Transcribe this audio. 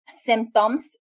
Symptoms